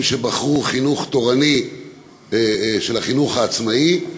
שבחרו חינוך תורני של החינוך העצמאי.